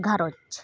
ᱜᱷᱟᱹᱨᱚᱧᱡᱽ